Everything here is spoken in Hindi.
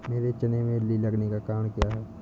मेरे चने में इल्ली लगने का कारण क्या है?